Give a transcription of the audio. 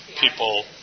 people